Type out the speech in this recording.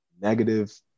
negative